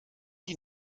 die